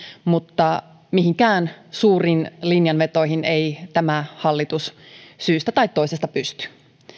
mutta mihinkään suuriin linjanvetoihin ei tämä hallitus syystä tai toisesta pysty